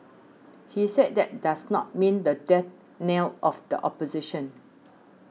he said that does not mean the death knell of the opposition